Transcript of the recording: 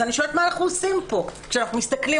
אז אני שואלת: מה אנחנו עושים פה כשאנחנו מסתכלים